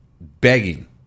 begging